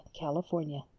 California